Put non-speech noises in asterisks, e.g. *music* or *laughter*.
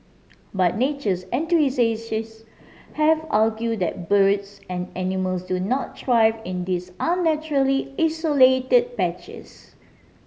but natures *unintelligible* have argued that birds and animals do not thrive in these unnaturally isolated patches